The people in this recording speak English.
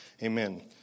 Amen